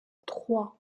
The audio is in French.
trois